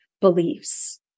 beliefs